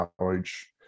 college